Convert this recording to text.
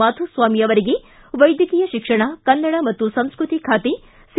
ಮಾಧುಸ್ವಾಮಿ ಅವರಿಗೆ ವೈದ್ಯಕೀಯ ಶಿಕ್ಷಣ ಕನ್ನಡ ಮತ್ತು ಸಂಸ್ಕೃತಿ ಖಾತೆ ಸಿ